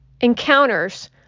encounters